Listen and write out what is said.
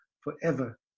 forever